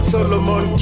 Solomon